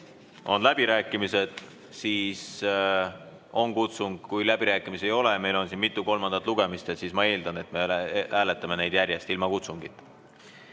on läbirääkimised, siis on kutsung, kui aga läbirääkimisi ei ole – meil on siin mitu kolmandat lugemist –, siis ma eeldan, et me hääletame neid järjest ilma kutsungita. Panen